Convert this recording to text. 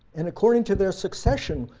and according to their succession,